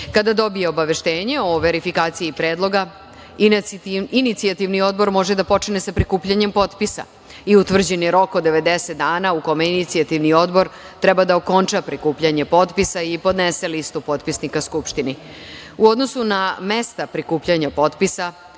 dobije obaveštenje o verifikaciji predloga, inicijativni odbor može da počne sa prikupljanjem potpisa i utvrđeni rok od 90 dana u kome inicijativni odbor treba da okonča prikupljanje potpisa i podnese listu potpisnika Skupštini.U odnosu na mesta prikupljanja potpisa,